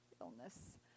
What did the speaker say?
illness